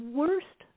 worst